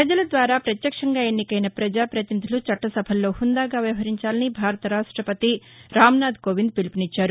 ప్రపజల ద్వారా పత్యక్షంగా ఎన్నికైన ప్రజాపతినిధులు చట్ట సభల్లో హుందాగా వ్యవహరించాలని భారత రాష్ణపతి రామ్నాథ్ కోవింద్ పిలుపునిచ్చారు